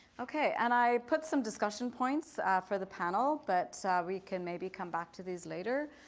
okay. and i put some discussion points for the panel, but we can maybe come back to these later.